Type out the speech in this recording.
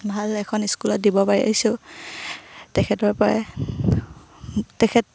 ভাল এখন স্কুলত দিব পাৰিছোঁ তেখেতৰ পৰাই তেখেত